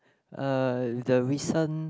uh the recent